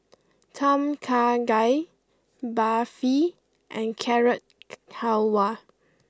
Tom Kha Gai Barfi and Carrot Halwa